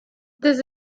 this